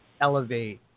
elevate